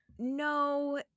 No